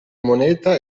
moneta